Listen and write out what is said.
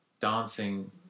dancing